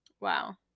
Wow